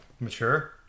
Mature